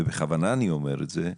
ובכוונה אני אומר את זה,